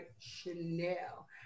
Chanel